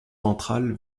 ventrale